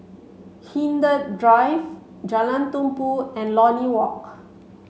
Hindhede Drive Jalan Tumpu and Lornie Walk